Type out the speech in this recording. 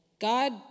God